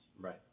Right